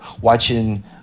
watching